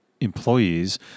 employees